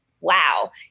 wow